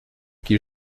qui